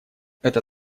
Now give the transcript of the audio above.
это